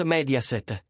Mediaset